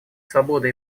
свободы